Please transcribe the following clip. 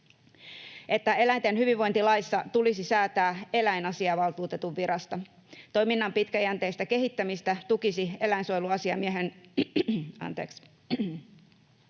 että eläinten hyvinvointilaissa tulisi säätää eläinasiavaltuutetun virasta. Toiminnan pitkäjänteistä kehittämistä tukisi eläinsuojeluasiamiehen mukaan